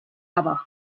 aber